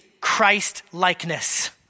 Christ-likeness